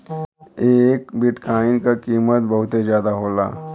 एक बिट्काइन क कीमत बहुते जादा होला